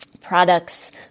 Products